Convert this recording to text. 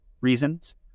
reasons